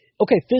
okay